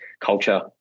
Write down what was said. culture